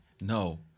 no